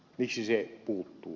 miksi se puuttuu